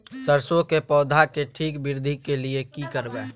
सरसो के पौधा के ठीक वृद्धि के लिये की करबै?